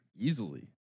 Easily